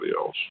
else